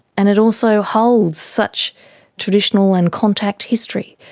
and it also holds such traditional and contact history.